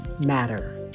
matter